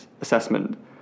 assessment